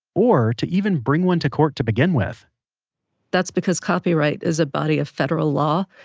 or to even bring one to court to begin with that's because copyright is a body of federal law,